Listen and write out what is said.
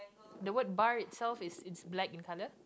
the word bar itself it's it's black in colour